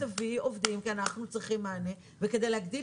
תביאו עובדים כי אנחנו צריכים מענה וכדי להגדיל